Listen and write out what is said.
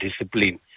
discipline